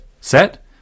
set